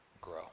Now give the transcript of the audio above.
grow